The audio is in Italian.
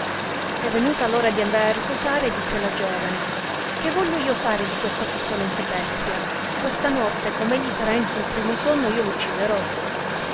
e venuta l ora di andare a riposare disse la giovane che voglio io fare di questa puzzolente bestia questa notte com'egli sarà in su primo sonno io l ucciderò